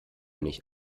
nicht